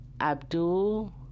Abdul